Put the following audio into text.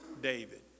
David